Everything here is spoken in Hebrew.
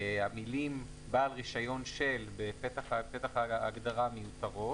המלים,"בעל רישיון של" בפתח ההגדרה מיותרות.